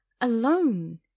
alone